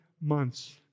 months